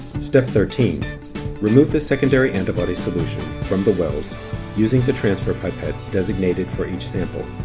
step thirteen remove the secondary antibody solution from the wells using the transfer pipette designated for each sample.